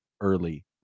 early